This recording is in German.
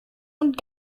und